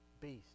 beast